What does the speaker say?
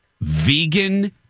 Vegan